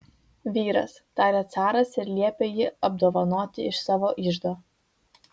vyras tarė caras ir liepė jį apdovanoti iš savo iždo